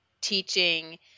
teaching